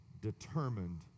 determined